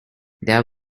there